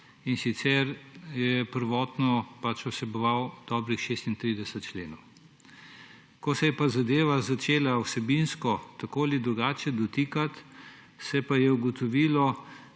in sicer je prvotno pač vseboval dobrih 36 členov. Ko se je pa zadeva začela vsebinsko tako ali drugače dotikati, se je pa ugotovilo,